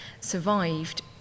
survived